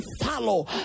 follow